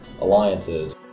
alliances